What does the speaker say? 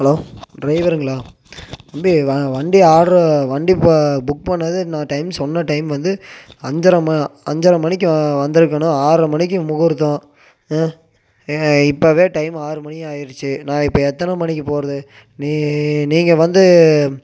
hello டிரைவருங்களா தம்பி வ வண்டியை ஆட்ரு வண்டி இப்போ புக் பண்ணிணது இன்னொரு டைம் சொன்ன டைம் வந்து ஐந்து அரை ம ஐந்து அரை மணிக்கு வந்திருக்கணும் ஆறு அரை மணிக்கு முகூர்த்தம் ஏங்க இப்பவே டைம் ஆறு மணி ஆயிருச்சு நான் இப்போ எத்தனை மணிக்கு போகிறது நீ நீங்கள் வந்து